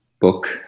book